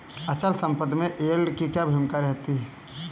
अचल संपत्ति में यील्ड की क्या भूमिका रहती है?